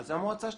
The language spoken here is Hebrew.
אז המועצה שתקבע,